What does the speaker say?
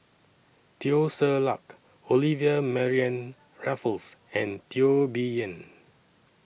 Teo Ser Luck Olivia Mariamne Raffles and Teo Bee Yen